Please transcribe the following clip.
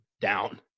down